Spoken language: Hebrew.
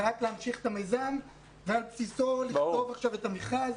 רק להמשיך את המיזם ועל בסיסו לכתוב עכשיו את המכרז.